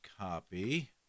copy